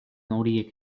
horiek